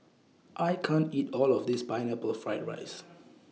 I can't eat All of This Pineapple Fried Rice